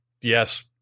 yes